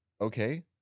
okay